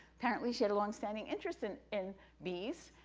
apparently, she had a long-standing interest in in bees,